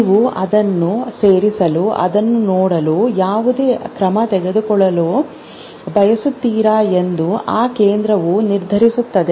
ನೀವು ಅದನ್ನು ಸೇರಿಸಲು ಅದನ್ನು ನೋಡಲು ಯಾವುದೇ ಕ್ರಮ ತೆಗೆದುಕೊಳ್ಳಲು ಬಯಸುತ್ತೀರಾ ಎಂದು ಆ ಕೇಂದ್ರವು ನಿರ್ಧರಿಸುತ್ತದೆ